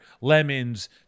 lemons